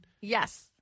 Yes